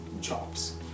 jobs